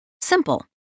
Simple